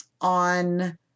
on